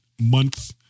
month